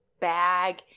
bag